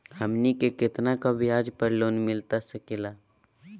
हमनी के कितना का ब्याज पर लोन मिलता सकेला?